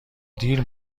دیر